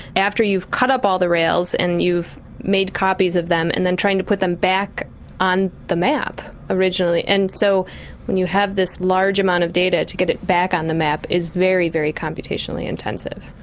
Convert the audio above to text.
after you've cut up all the rails and you've made copies of them and then trying to put them back on the map originally. and so when you have this large amount of data, to get it back on the map is very, very computationally intensive.